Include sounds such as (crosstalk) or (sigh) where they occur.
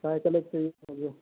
cycle एक चाहिए (unintelligible)